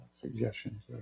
suggestions